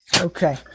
Okay